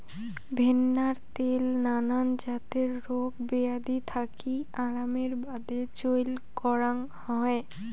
ভেন্নার ত্যাল নানান জাতের রোগ বেয়াধি থাকি আরামের বাদে চইল করাং হই